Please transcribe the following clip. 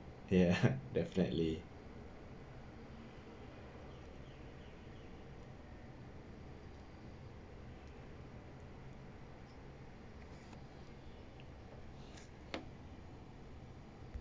ya definitely